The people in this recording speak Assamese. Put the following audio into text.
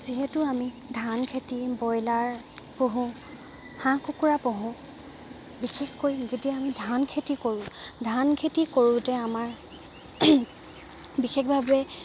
যিহেতু আমি ধান খেতি ব্ৰইলাৰ পোহোঁ হাঁহ কুকুৰা পোহোঁ বিশেষকৈ যেতিয়া আমি ধান খেতি কৰোঁ ধান খেতি কৰোঁতে আমাৰ বিশেষভাৱে